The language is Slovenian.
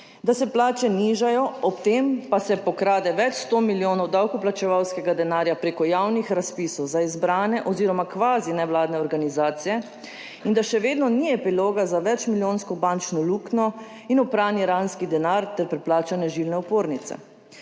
da se plače nižajo, ob tem pa se pokrade več 100 milijonov davkoplačevalskega denarja preko javnih razpisov za izbrane oziroma kvazi nevladne organizacije in da še vedno ni epiloga za več milijonsko bančno luknjo in oprani iranski denar ter preplačane žilne opornice.